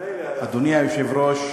אדוני היושב-ראש,